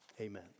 Amen